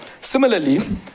Similarly